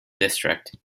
district